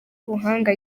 ubuhanga